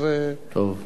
דבר אחרון,